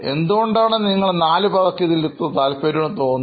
എന്തുകൊണ്ടാണ് നിങ്ങൾ നാല് പേർക്ക് ഇതിൽ ഇത്ര താല്പര്യം തോന്നുന്നത്